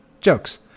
jokes